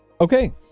Okay